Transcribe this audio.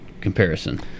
comparison